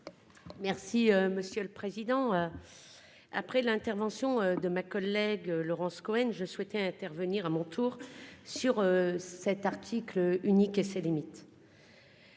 Merci monsieur le président, après l'intervention de ma collègue Laurence Cohen, je souhaitais intervenir à mon tour sur cet article unique et ses limites.